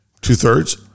two-thirds